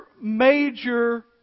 major